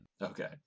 Okay